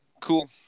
Cool